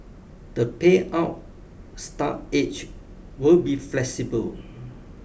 the payout start age will be flexible